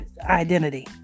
identity